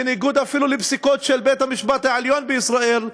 בניגוד אפילו לפסיקות של בית-המשפט העליון בישראל,